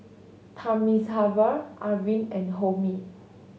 Thamizhavel Arvind and Homi